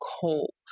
coal